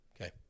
Okay